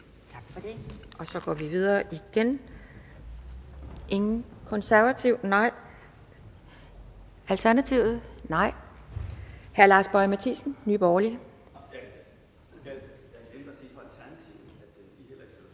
Tak for det. Så går vi igen videre. Ingen fra De Konservative? Nej. Alternativet? Nej. Hr. Lars Boje Mathiesen, Nye Borgerlige.